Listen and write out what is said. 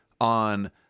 on